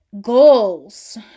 goals